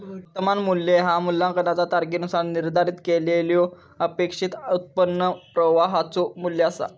वर्तमान मू्ल्य ह्या मूल्यांकनाचा तारखेनुसार निर्धारित केलेल्यो अपेक्षित उत्पन्न प्रवाहाचो मू्ल्य असा